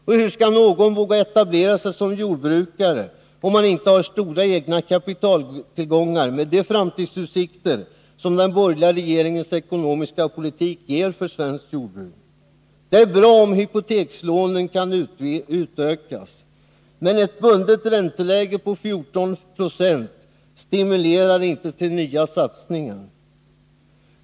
Och hur skall någon våga etablera sig som jordbrukare om han inte har stora egna kapitaltillgångar, med de framtidsutsikter som den borgerliga regeringens ekonomiska politik ger för svenskt jordbruk? Det är bra om hypotekslånen kan utökas. Men ett bundet ränteläge på 14 92 stimulerar inte till nya satsningar.